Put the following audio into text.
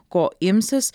ko imsis